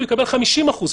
הוא יקבל 50% פחות.